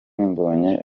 mbonyi